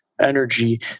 energy